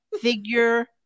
Figure